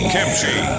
Kimchi